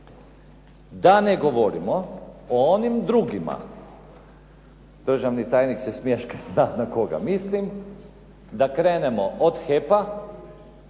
Da ne govorimo o onim drugim, državni tajnik se smješka, zna na koga mislim, da krenemo od HEP-a